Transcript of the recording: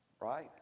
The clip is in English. right